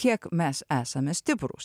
kiek mes esame stiprūs